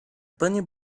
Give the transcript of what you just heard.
bunny